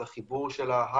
זה החיבור של ההייטק,